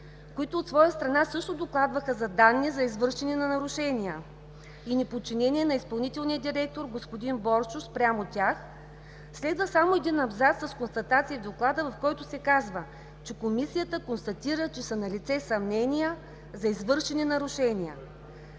които от своя страна също докладваха за данни за извършване на нарушения и неподчинение на изпълнителния директор господин Боршош спрямо тях, следва само един абзац с констатации в Доклада, в който се казва, че: „Комисията констатира, че са налице съмнения за извършени нарушения“.